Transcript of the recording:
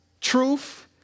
truth